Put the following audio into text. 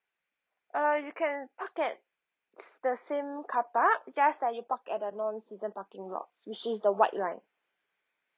uh you can park at s~ the same car park it's just that you park at a non season parking lot s~ which is the white line